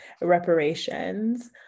reparations